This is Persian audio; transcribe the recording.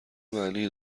معنی